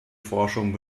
forschung